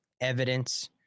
evidence